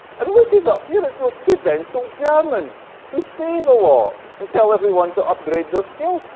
and look who's up here. it's those prudential germans, who save a lot and tell everyone to upgrade their scales.